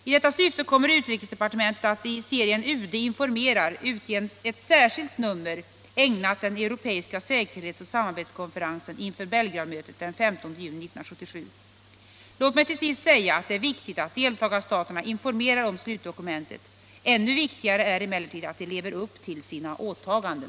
I detta syfte kommer utrikesdepartementet att i serien UD informerar utge ett särskilt nummer ägnat den europeiska säkerhets och samarbetskonferensen inför Belgradmötet den 15 juni 1977. Låt mig till sist säga att det är viktigt att deltagarstaterna informerar om slutdokumentet. Ännu viktigare är emellertid att de lever upp till sina åtaganden.